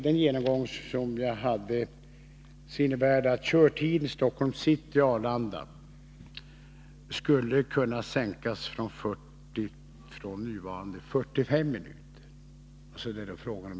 Den genomgång som jag hade beträffande trafikeringen visar att körtiden för sträckan Stockholms city-Arlanda skulle kunna sänkas med 5 minuter från nuvarande 45 minuter.